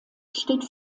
steht